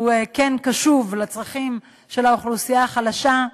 כן קשוב לצרכים של האוכלוסייה החלשה.